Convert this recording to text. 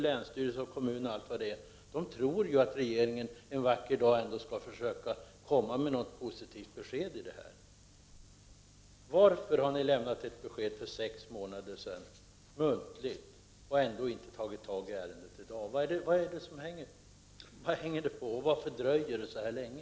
länsstyrelse och kommun, tror att regeringen en vacker dag skall komma med ett positivt besked. Varför tar ni inte tag i ärendet i dag när ni lämnade ett muntligt be sked för sex månader sedan? Vad hänger det på? Varför dröjer det så länge?